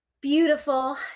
beautiful